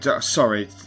sorry